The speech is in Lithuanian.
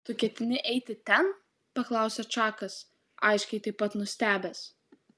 tu ketini eiti ten paklausė čakas aiškiai taip pat nustebęs